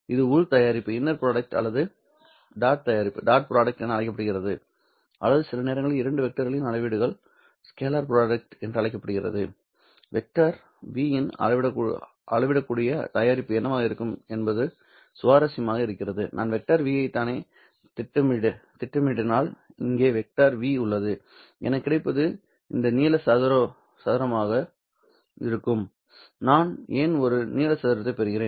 எனவே இது உள் தயாரிப்பு அல்லது டாட் தயாரிப்புஎன அழைக்கப்படுகிறது அல்லது சில நேரங்களில் இரண்டு வெக்டர்களின் அளவிடுதல் தயாரிப்பு என்று அழைக்கப்படுகிறது வெக்டர் 'v இன் அளவிடக்கூடிய தயாரிப்பு என்னவாக இருக்கும் என்பது சுவாரஸ்யமாக இருக்கிறது நான் வெக்டர் 'v ஐத் தானே திட்டமிடினால் இங்கே வெக்டர் 'v உள்ளது எனக்குக் கிடைப்பது இந்த நீள சதுரமாக இருக்கும் நான் ஏன் ஒரு நீள சதுரத்தைப் பெறுகிறேன்